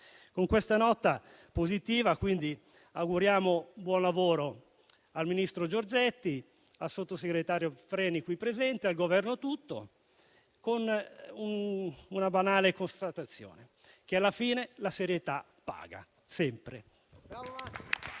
Con questa nota positiva, quindi, auguriamo buon lavoro al ministro Giorgetti, al sottosegretario Freni qui presente, al Governo tutto, con una banale constatazione. Alla fine la serietà paga, sempre.